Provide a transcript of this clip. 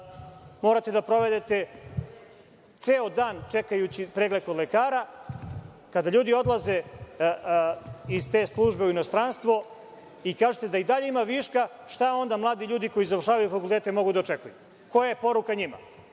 morate da provedete ceo dan čekajući pregled kod lekara, kada ljudi odlaze iz te službe u inostranstvo, vi kažete da i dalje ima viška, šta onda mladi ljudi koji završavaju fakultete mogu da očekuju? Koja je poruka njima?